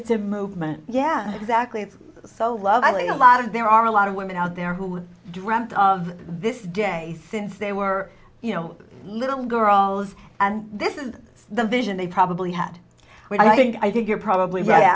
it's a movement yeah exactly it's so lovely a lot of there are a lot of women out there who dreamt of this day since they were you know little girls and this is the vision they probably had when i think i think you're probably right